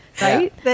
right